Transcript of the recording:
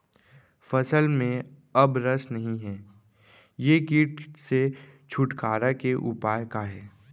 फसल में अब रस नही हे ये किट से छुटकारा के उपाय का हे?